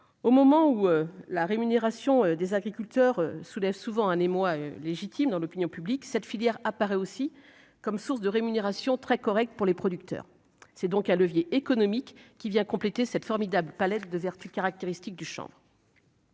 au moment où la rémunération des agriculteurs soulève souvent un émoi légitime dans l'opinion publique cette filière apparaît aussi comme source de rémunération très correct pour les producteurs, c'est donc un levier économique qui vient compléter cette formidable palette de plus caractéristique du chant.